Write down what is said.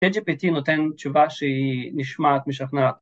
Chat GPT נותן תשובה שהיא נשמעת משכנעת